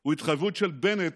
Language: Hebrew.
הוא התחייבות של בנט